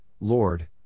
Lord